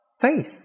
faith